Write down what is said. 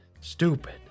Stupid